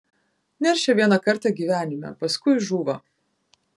neršia vieną kartą gyvenime paskui žūva